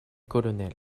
colonel